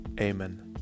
Amen